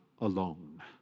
alone